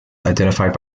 identified